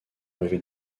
lever